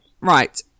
right